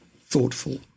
thoughtful